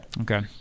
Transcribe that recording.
Okay